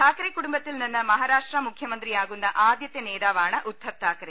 താക്കറെ കുടുംബത്തിൽ നിന്ന് മഹാരാഷ്ട്ര മുഖ്യമന്ത്രിയാകുന്ന ആദ്യത്തെ നേതാവാണ് ഉദ്ധവ് താക്കറെ